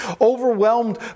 Overwhelmed